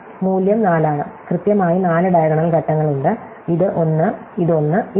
മൂല്യം 4 ആണ് കൃത്യമായി നാല് ഡയഗണൽ ഘട്ടങ്ങളുണ്ട് ഇത് ഒന്ന് ഇത് ഒന്ന് ഇത് ഒന്ന്